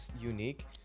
unique